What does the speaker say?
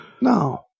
no